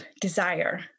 desire